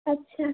আচ্ছা